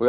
mer.